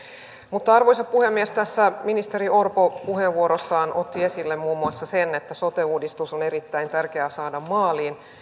mutta arvoisa puhemies tässä ministeri orpo puheenvuorossaan otti esille muun muassa sen että sote uudistus on erittäin tärkeää saada maaliin